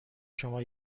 شما